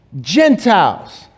Gentiles